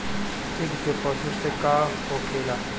Fix deposit से का होखे ला?